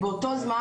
באותו זמן,